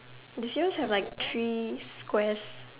they just have like three squares